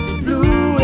blue